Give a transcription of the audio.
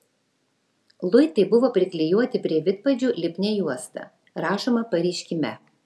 luitai buvo priklijuoti prie vidpadžių lipnia juosta rašoma pareiškime